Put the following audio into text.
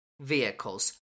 vehicles